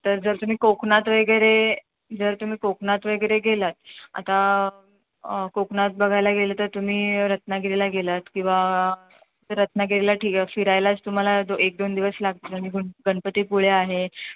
तर जर तुम्ही कोकणात वगैरे जर तुम्ही कोकनात वगैरे गेलात आता कोकणात बघायला गेलं तर तुम्ही रत्नागिरीला गेलात किंवा रत्नागिरीला ठीक फिरायलाच तुम्हाला दो एक दोन दिवस लागतील गणपतीपुळे आहे